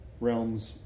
Realms